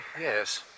yes